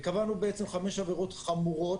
קבענו בעצם חמש עבירות חמורות,